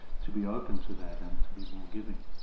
to be open to that and to be more giving.